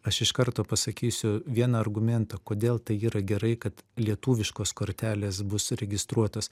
aš iš karto pasakysiu vieną argumentą kodėl tai yra gerai kad lietuviškos kortelės bus registruotos